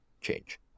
change